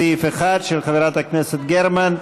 1, לסעיף 1, של חברת הכנסת גרמן.